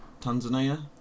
Tanzania